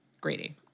Grady